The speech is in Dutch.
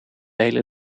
hele